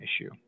issue